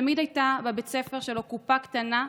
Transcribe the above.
תמיד הייתה בבית ספר שלו קופה קטנה,